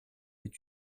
est